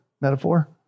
metaphor